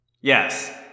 Yes